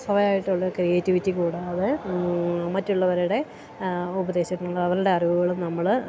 സ്വാഭാവികമായിട്ടും ഉള്ള ക്രിയേറ്റിവിറ്റി കൂടാതെ മറ്റുള്ളവരുടെ ഉപദേശങ്ങളും അവരുടെ അറിവുകളും നമ്മൾ